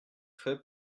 fait